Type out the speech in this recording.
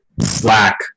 Slack